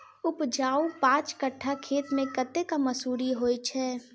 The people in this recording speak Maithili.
उपजाउ पांच कट्ठा खेत मे कतेक मसूरी होइ छै?